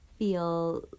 feel